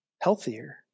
Healthier